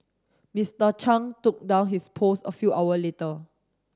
Mister Chung took down his post a few hour later